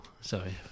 sorry